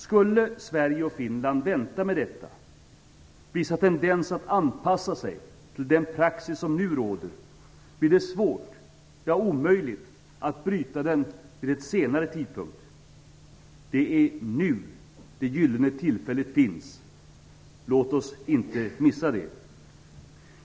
Skulle Sverige och Finland vänta med detta, visa en tendens att anpassa sig till den praxis som nu råder, blir det svårt - ja, omöjligt - att bryta den vid en senare tidpunkt. Det är nu det gyllene tillfället finns. Låt oss inte missa det!